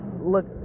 look